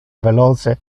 veloce